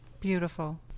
Beautiful